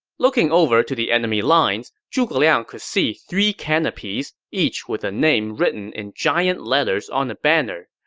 looking over to the enemy lines, zhuge liang could see three canopies, each with a name written in giant letters on a banner.